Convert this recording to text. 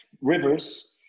rivers